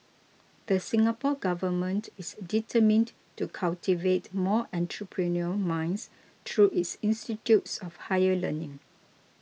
the Singapore Government is determined to cultivate more entrepreneurial minds through its institutes of higher learning